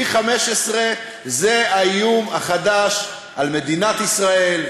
15V. 15V זה האיום החדש על מדינת ישראל,